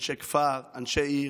אנשי כפר, אנשי עיר,